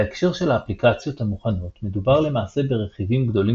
בהקשר של האפליקציות המוכנות מדובר למעשה ברכיבים גדולים